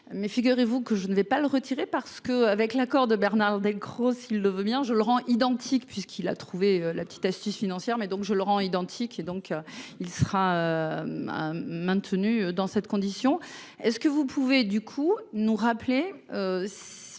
mais figurez-vous que je ne vais pas le retirer parce que, avec l'accord de Bernard Delcros, s'il le veut bien, je le rends identique puisqu'il a trouvé la petite astuce financière mais donc je le rends identique, donc il sera maintenu dans cette condition est-ce que vous pouvez, du coup nous rappeler